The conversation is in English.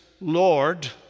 Lord